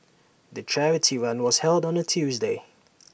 the charity run was held on A Tuesday